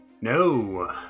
No